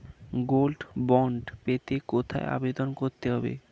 Gold bond পেতে কোথায় আবেদন করতে হবে?